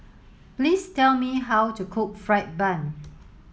please tell me how to cook fried bun